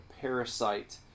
parasite